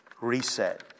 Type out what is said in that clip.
Reset